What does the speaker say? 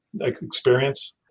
experience